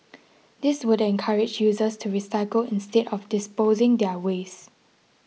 this would encourage users to recycle instead of disposing their waste